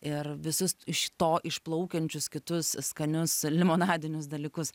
ir visus iš to išplaukiančius kitus skanius limonadinius dalykus